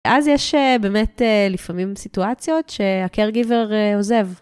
אז יש באמת לפעמים סיטואציות שהCARE GIVER עוזב.